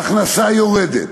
ההכנסה יורדת,